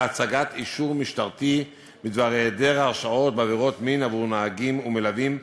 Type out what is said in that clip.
להציג אישור משטרתי בדבר היעדר הרשעות בעבירות מין עבור נהגים ומלווים,